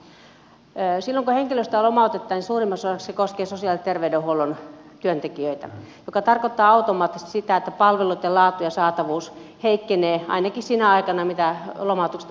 silloin kun henkilöstöä lomautetaan niin suurimmaksi osaksi se koskee sosiaali ja terveydenhuollon työntekijöitä mikä tarkoittaa automaattisesti sitä että palveluitten laatu ja saatavuus heikkenevät ainakin sinä aikana kun lomautukset ovat voimassa